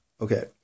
Okay